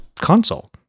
console